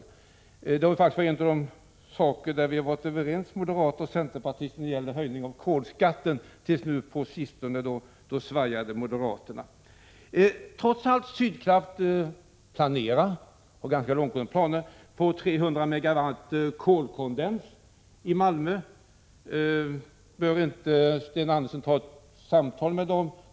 Moderater och centerpartister var faktiskt överens om att höja kolskatten. Till sist svajade moderaterna. Trots att Sydkraft har ganska långtgående planer på 300 MW kolkondens i Malmö, behöver inte Sten Andersson ta ett samtal med Sydkraft.